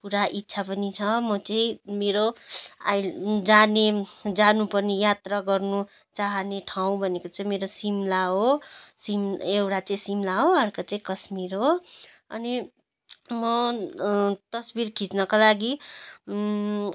पुरा इच्छा पनि छ म चाहिँ मेरो आइ जाने जानु पर्ने यात्रा गर्नु चाहने ठाउँ भनेको चाहिँ मेरो सिमला हो सिम एउटा चाहिँ सिमला हो अर्को चाहिँ कश्मीर हो अनि म तस्बिर खिच्नका लागि